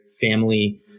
family